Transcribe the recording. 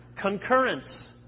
concurrence